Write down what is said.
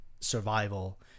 survival